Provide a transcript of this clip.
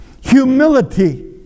humility